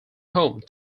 home